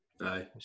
Aye